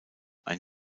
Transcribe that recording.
ein